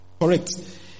correct